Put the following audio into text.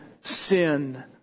sin